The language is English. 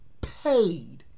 paid